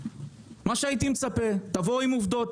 מה שהייתי מצפה הוא שתבואו עם עובדות,